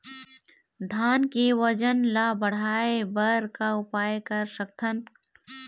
धान के वजन ला बढ़ाएं बर का उपाय कर सकथन?